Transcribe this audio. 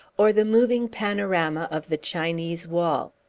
or the moving panorama of the chinese wall.